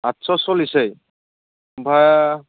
आदस' सल्लिस है होमबा